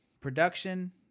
production